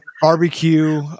barbecue